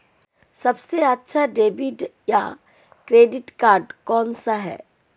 सबसे अच्छा डेबिट या क्रेडिट कार्ड कौन सा है?